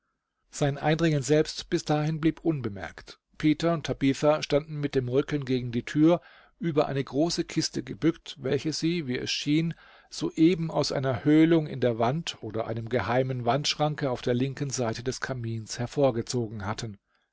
sein eindringen selbst bis dahin blieb unbemerkt peter und tabitha standen mit dem rücken gegen die tür über eine große kiste gebückt welche sie wie es schien soeben aus einer höhlung in der wand oder einem geheimen wandschranke auf der linken seite des kamins hervorgezogen hatten